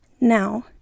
Now